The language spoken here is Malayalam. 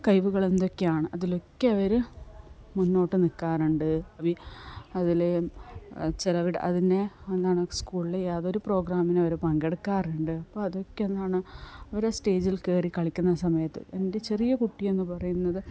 കഴിവുകൾ എന്തൊക്കെയാണ് അതിലൊക്കെ അവർ മുന്നോട്ട് നിൽക്കാറുണ്ട് അതിൽ ചെലവിടുക അതിനെ എന്താണ് സ്കൂളിലെ ഏതൊരു പ്രോഗ്രാമിന് അവർ പങ്കെടുക്കാറുണ്ട് അപ്പോൾ അതൊക്കെയെന്താണ് അവർ സ്റ്റേജിൽ കയറി കളിക്കുന്ന സമയത്ത് എൻ്റെ ചെറിയ കുട്ടി എന്നു പറയുന്നത്